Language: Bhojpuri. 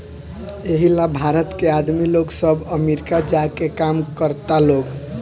एही ला भारत के आदमी लोग सब अमरीका जा के काम करता लोग